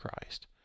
Christ